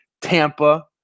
Tampa